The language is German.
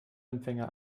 empfänger